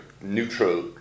neutral